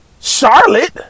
Charlotte